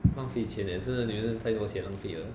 浪费钱 eh 真的你太多钱浪费了